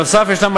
נוסף על כך,